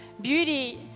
Beauty